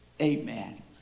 Amen